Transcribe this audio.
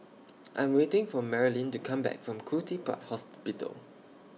I Am waiting For Marlyn to Come Back from Khoo Teck Puat Hospital